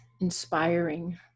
Inspiring